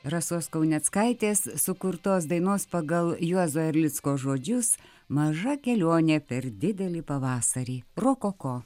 rasos kauneckaitės sukurtos dainos pagal juozo erlicko žodžius maža kelionė per didelį pavasarį rokoko